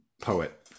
poet